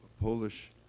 Polish